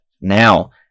now